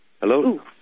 Hello